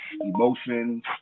Emotions